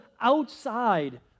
outside